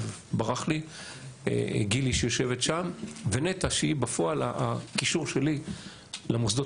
גילי ונטע שהיא בפועל הקישור שלי למוסדות